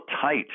tight